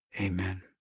amen